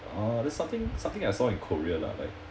uh that's something something I saw in korea lah like